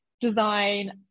design